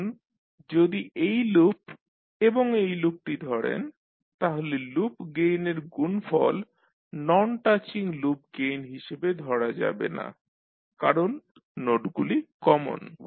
এখন যদি এই লুপ এবং এই লুপটি ধরেন তাহলে লুপ গেইনের গুনফল নন টাচিং লুপ গেইন হিসাবে ধরা যাবে না কারণ নোডগুলি কমন